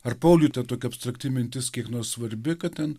ar pauliui ta tokia abstrakti mintis kiek svarbi kad ten